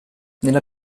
nella